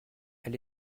elle